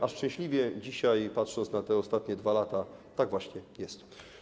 A szczęśliwie dzisiaj, patrząc na ostatnie 2 lata, tak właśnie jest.